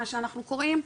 מה שאנחנו קוראים,